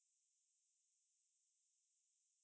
ya fictional books you don't like fictional books ah